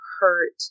hurt